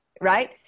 Right